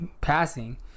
passing